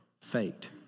faked